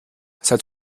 seit